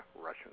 Russian